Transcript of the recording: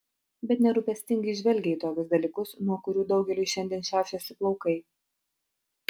bet nerūpestingai žvelgė į tokius dalykus nuo kurių daugeliui šiandien šiaušiasi plaukai